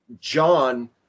John